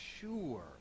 sure